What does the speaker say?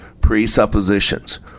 presuppositions